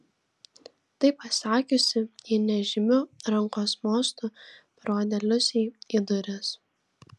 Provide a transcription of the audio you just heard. tai pasakiusi ji nežymiu rankos mostu parodė liusei į duris